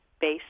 based